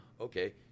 okay